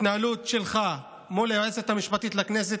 התנהלות שלך מול היועצת המשפטית לכנסת,